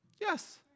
Yes